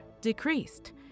decreased